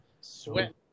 Sweat